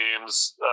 games